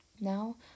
Now